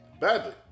badly